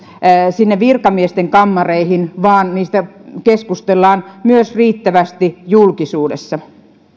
sinne virkamiesten kammareihin vaan niistä keskustellaan myös riittävästi julkisuudessa